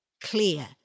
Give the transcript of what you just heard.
clear